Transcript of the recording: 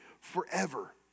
forever